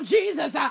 Jesus